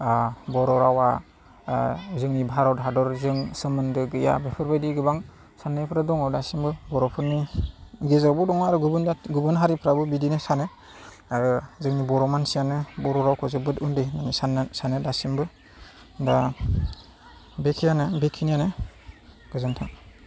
बर' रावआ जोंनि भारत हादरजों सोमोन्दो गैया बेफोरबायदि गोबां साननायफोरा दङ दासिमबो बर'फोरनि गेजेरावबो दङ आरो गुबुन हारिफ्राबो बिदिनो सानो आरो जोंनि बर' मानसियानो जोंनि बर' रावखौ जोबोद उन्दै होननानै सानो दासिमबो दा बेखिनियानो गोजोन्थों